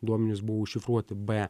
duomenys buvo užšifruoti b